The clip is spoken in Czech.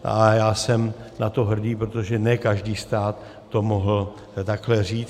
A já jsem na to hrdý, protože ne každý stát to mohl takhle říct.